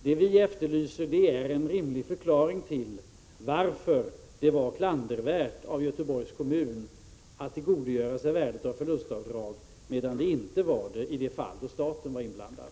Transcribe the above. Det vi efterlyser är en rimlig förklaring till varför det var klandervärt av Göteborgs kommun att tillgodogöra sig värdet av förlustavdrag medan det inte var det i de fall då staten var inblandad.